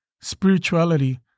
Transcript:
spirituality